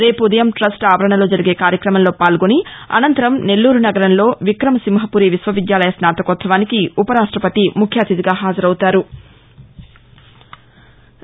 రేపు ఉదయం ట్రస్ట్ ఆవరణలో జరిగే కార్యక్రమంలో పాల్గొని అసంతరం నెల్లూరు నగరంలో విక్రమ సింహపురి విశ్వవిద్యాలయ స్నాతకోత్సవానికి ఉప రాష్టపతి ముఖ్య అతిథిగా హాజరవుతారు